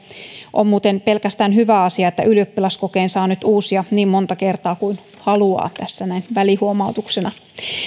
on muuten pelkästään hyvä asia että ylioppilaskokeen saa nyt uusia niin monta kertaa kuin haluaa tässä näin välihuomautuksena